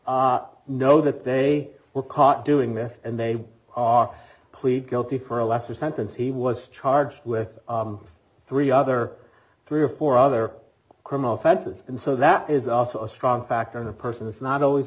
to know that they were caught doing this and they are quick guilty for a lesser sentence he was charged with three other three or four other criminal offenses and so that is also a strong factor in a person it's not always